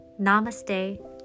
Namaste